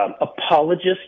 apologists